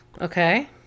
Okay